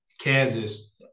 Kansas